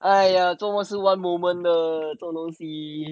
!aiya! 做么是 one moment 的这种东西